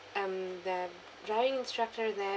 um the driving instructor there